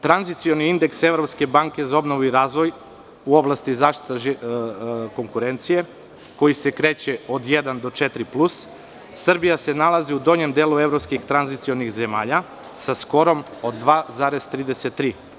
Tranzicioni indeks Evropske banke za obnovu i razvoj u oblasti zaštite konkurencije, koji se kreće od jedan do četiri plus, Srbija se nalazi u donjem delu evropskih tranzicionih zemalja sa skorom od 2,33.